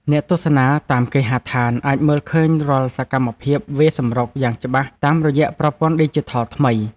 អ្នកទស្សនាតាមគេហដ្ឋានអាចមើលឃើញរាល់សកម្មភាពវាយសម្រុកយ៉ាងច្បាស់តាមរយៈប្រព័ន្ធឌីជីថលថ្មី។